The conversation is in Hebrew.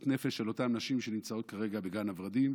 הנפש של אותן נשים שנמצאות כרגע בגן הוורדים,